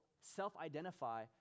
self-identify